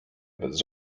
bez